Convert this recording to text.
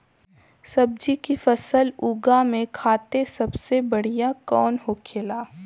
सब्जी की फसल उगा में खाते सबसे बढ़ियां कौन होखेला?